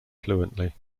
fluently